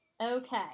Okay